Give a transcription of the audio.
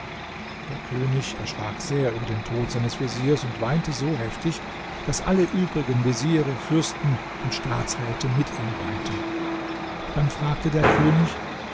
der könig erschrak sehr über den tod seines veziers und weinte so heftig daß alle übrigen veziere fürsten und staatsräte mit ihm weinten dann fragte der könig